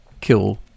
kill